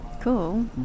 Cool